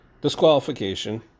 disqualification